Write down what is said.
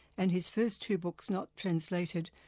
and his first two books, not translated,